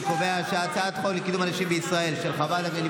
אני קובע שהצעת חוק לקידום הנשים בישראל של חברת הכנסת